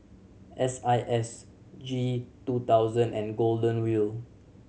S I S G two thousand and Golden Wheel